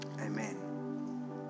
Amen